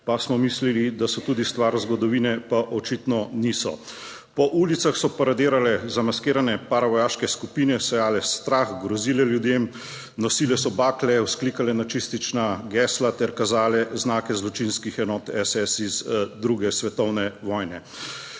pa smo mislili, da so tudi stvar zgodovine, pa očitno niso. Po ulicah so paradirale zamaskirane paravojaške skupine, sejale strah, grozile ljudem, nosile so bakle, vzklikale nacistična gesla ter kazale znake zločinskih enot SS iz II. svetovne vojne.